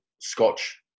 scotch